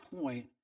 point